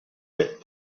bit